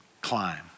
climb